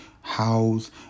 house